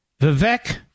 Vivek